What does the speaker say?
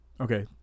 Okay